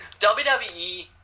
WWE